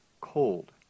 cold